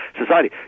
society